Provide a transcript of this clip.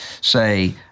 say